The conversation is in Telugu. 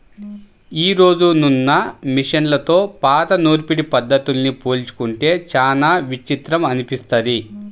యీ రోజునున్న మిషన్లతో పాత నూర్పిడి పద్ధతుల్ని పోల్చుకుంటే చానా విచిత్రం అనిపిస్తది